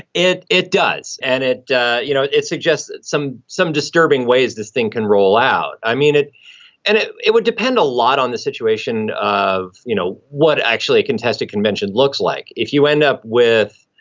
it it does. and it you know, it it suggests some some disturbing ways this thing can roll out. i mean, it and it it would depend a lot on the situation of, you know, what actually a contested convention looks like. if you end up with,